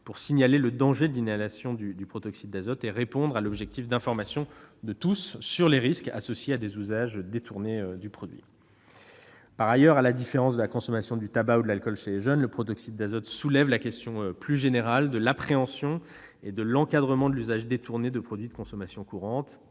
pour signaler le danger lié à l'inhalation du protoxyde d'azote et répondre à l'objectif d'information de tous sur les risques associés à des usages détournés du produit. Par ailleurs, à la différence de la consommation du tabac et de l'alcool chez les jeunes, le protoxyde d'azote soulève la question plus générale de l'appréhension et de l'encadrement de l'usage détourné de produits de consommation courante